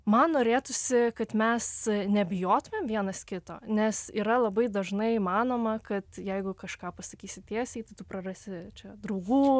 man norėtųsi kad mes nebijotumėm vienas kito nes yra labai dažnai manoma kad jeigu kažką pasakysiu tiesiai tai tu prarasi čia draugų